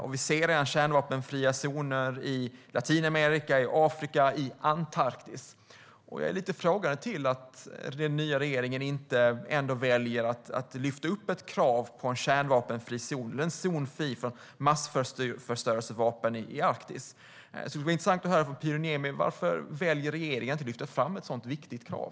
Och vi ser även kärnvapenfria zoner i Latinamerika, i Afrika och i Antarktis. Jag är lite frågande till att den nya regeringen inte väljer att lyfta upp ett krav på en kärnvapenfri zon eller en zon fri från massförstörelsevapen i Arktis. Det skulle vara intressant att höra från Pyry Niemi varför regeringen väljer att inte lyfta fram ett så viktigt krav.